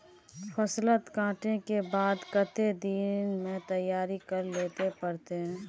फसल कांटे के बाद कते दिन में तैयारी कर लेले पड़ते?